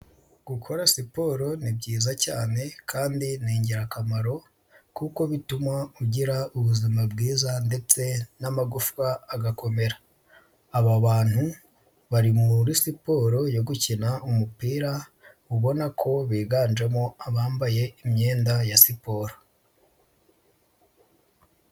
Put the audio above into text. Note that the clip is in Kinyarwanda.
Gukora siporo ni byiza cyane kandi ni ingirakamaro kuko bituma ugira ubuzima bwiza ndetse n'amagufwa agakomera. Aba bantu bari muri siporo yo gukina umupira, ubona ko biganjemo abambaye imyenda ya siporo.